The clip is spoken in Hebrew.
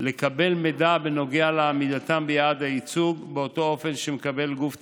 לקבל מידע בנוגע לעמידתם ביעד הייצוג באותו אופן שמקבל גוף ציבורי,